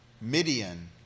Midian